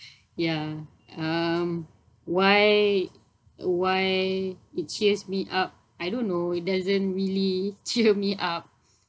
ya um why why it cheers me up I don't know it doesn't really cheer me up